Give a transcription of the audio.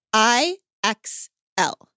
I-X-L